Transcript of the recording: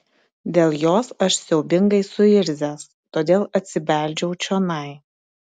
dėl jos aš siaubingai suirzęs todėl atsibeldžiau čionai